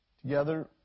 Together